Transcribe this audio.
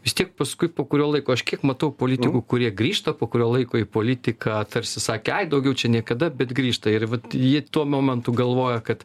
vis tiek paskui po kurio laiko aš kiek matau politikų kurie grįžta po kurio laiko į politiką tarsi sakė ai daugiau čia niekada bet grįžta ir vat jie tuo momentu galvoja kad